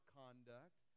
conduct